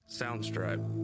soundstripe